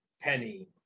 Penny